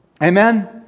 Amen